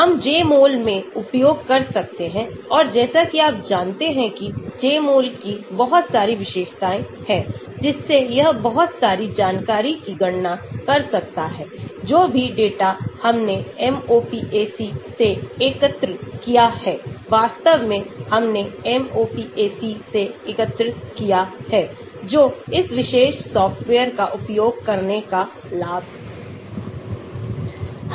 हम Jmol में उपयोग कर सकते हैं और जैसा कि आप जानते हैं कि Jmol की बहुत सारी विशेषताएं हैं जिससे यह बहुत सारी जानकारी की गणना कर सकता है जो भी डेटा हमने MOPAC से एकत्र किया है वास्तव में हमने MOPAC से एकत्र किया है जो इस विशेष सॉफ़्टवेयर का उपयोग करने का लाभ है